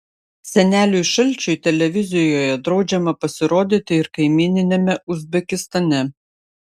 seneliui šalčiui televizijoje draudžiama pasirodyti ir kaimyniniame uzbekistane